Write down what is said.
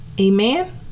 Amen